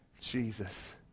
Jesus